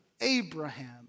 Abraham